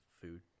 food